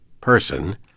person